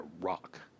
rock